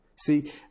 See